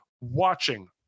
watching